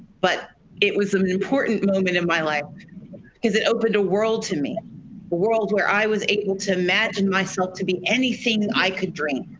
but it was an important moment in my life because it opened a world to me a world where i was able to imagine myself to be anything i could dream,